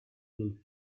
nel